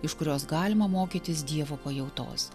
iš kurios galima mokytis dievo pajautos